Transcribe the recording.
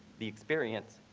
the experience